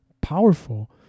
powerful